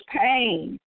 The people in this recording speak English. pain